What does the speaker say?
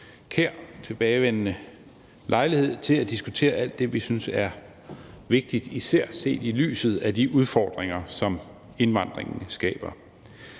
kær tilbagevendende lejlighed til at diskutere alt det, vi synes er vigtigt – især set i lyset af de udfordringer, som indvandringen skaber.